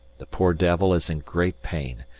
the poor devil is in great pain,